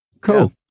Cool